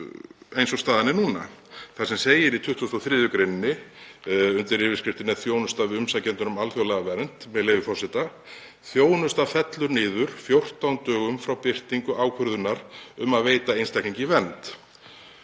eins og staðan er núna. Þar segir í 23. gr. undir yfirskriftinni Þjónusta við umsækjendur um alþjóðlega vernd, með leyfi forseta: „Þjónusta fellur niður 14 dögum frá birtingu ákvörðunar um að veita einstaklingi vernd